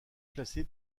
classé